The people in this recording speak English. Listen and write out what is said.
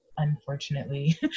unfortunately